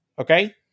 Okay